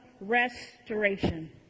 restoration